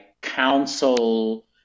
council